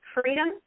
freedom